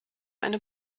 eine